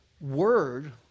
word